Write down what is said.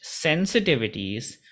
sensitivities